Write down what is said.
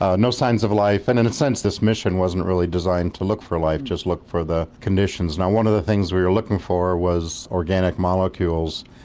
ah no signs of life, and in a sense this mission wasn't really designed to look for life, just look for the conditions. and one of the things we were looking for was organic molecules.